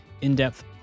in-depth